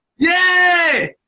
yay!